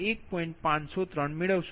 503 મેળવશો તમારી આ બધી ગણતરી છે